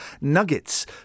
nuggets